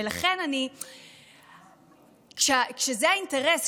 ולכן כשזה האינטרס,